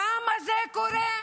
למה זה קורה?